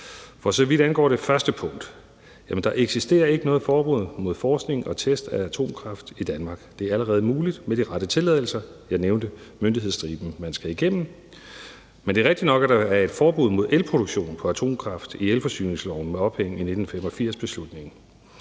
For så vidt angår det første punkt vil jeg sige, at der ikke eksisterer noget forbud mod forskning og test af atomkraft i Danmark. Det er allerede muligt med de rette tilladelser. Jeg nævnte myndighedsstriben man skal igennem. Men det er rigtigt nok, at der i elforsyningsloven er et forbud mod elproduktion fra atomkraft med ophæng i beslutningen